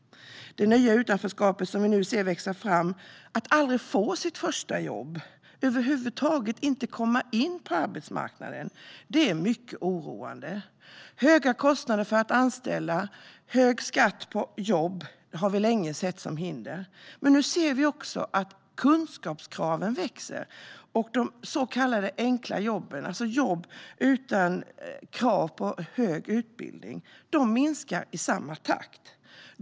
Det nya utanförskap som vi nu ser växa fram, där man aldrig får sitt första jobb och över huvud taget inte kommer in på arbetsmarknaden, är mycket oroande. Höga kostnader för att anställa och hög skatt på jobb har vi länge sett som hinder, men nu ser vi även att kunskapskraven växer och att de så kallade enkla jobben, alltså jobb utan krav på hög utbildning, minskar i samma takt.